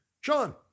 Sean